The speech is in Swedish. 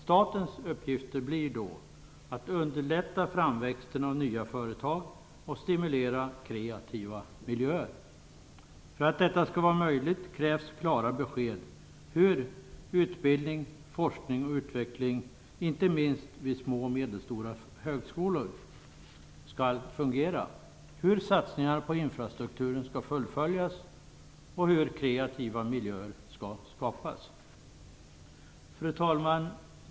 Statens uppgifter blir då att underlätta framväxten av nya företag och stimulera kreativa miljöer. För att detta skall vara möjligt krävs klara besked om hur utbildning, forskning och utveckling inte minst vid små och medelstora högskolor skall fungera, hur satsningar på infrastrukturen skall fullföljas och hur kreativa miljöer skall skapas. Fru talman!